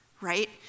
right